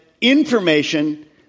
information